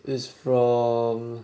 is from